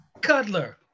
Cuddler